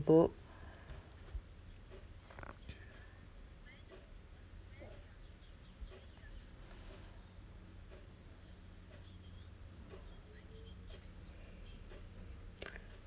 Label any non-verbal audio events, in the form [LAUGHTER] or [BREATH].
book [BREATH]